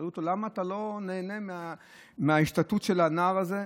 שאלו אותו: למה אתה לא נהנה מההשתטות של הנער הזה?